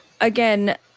again